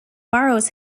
borrows